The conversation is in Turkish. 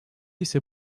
ise